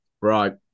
Right